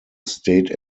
state